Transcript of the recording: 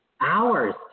hours